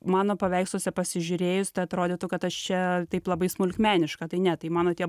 mano paveiksluose pasižiūrėjus tai atrodytų kad aš čia taip labai smulkmeniška tai ne tai mano tie